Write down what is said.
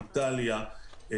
איטליה,